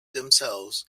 themselves